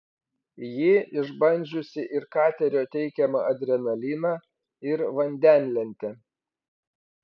ji išbandžiusi ir katerio teikiamą adrenaliną ir vandenlentę